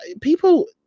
people